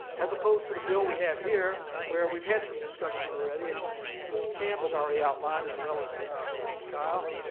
as opposed to the bill we have here where we've had some discussion already and and mr. camp has already outlined, as well as mr. kyl,